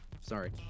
Sorry